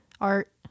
art